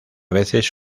veces